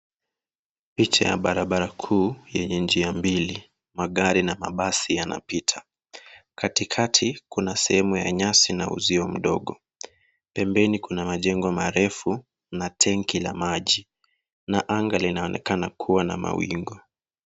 Picha ya barabara kuu yenye njia mbili magari na mabasi yanapita katikati kuna sehemu ya nyasi na uzio mdogo pembeni kuna majengo marefu na tenki la maji na anga linaonekana kuwa na mawingu.